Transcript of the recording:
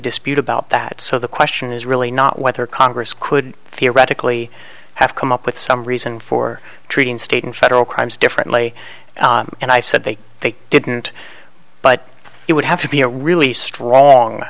dispute about that so the question is really not whether congress could theoretically have come up with some reason for treating state and federal crimes differently and i've said that they didn't but it would have to be a really strong